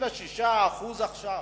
26% עכשיו.